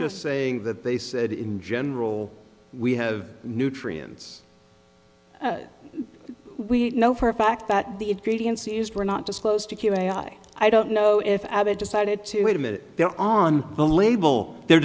just saying that they said in general we have nutrients we know for a fact that the ingredients used were not disclosed i don't know if abbott decided to wait a minute there on the label the